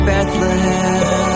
Bethlehem